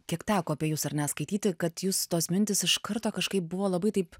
kiek teko apie jus ar ne skaityti kad jūsų tos mintys iš karto kažkaip buvo labai taip